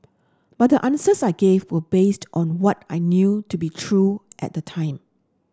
but the answers I gave were based on what I knew to be true at the time